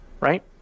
right